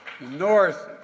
north